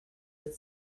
but